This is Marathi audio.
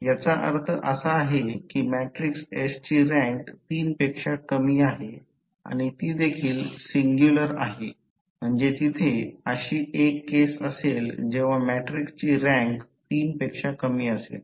याचा अर्थ असा आहे की मॅट्रिक्स S ची रँक 3 पेक्षा कमी आहे आणि ती देखील सिंग्युलर आहे म्हणजे तिथे अशी एक केस असेल जेव्हा मॅट्रिक्सची रँक 3 पेक्षा कमी असेल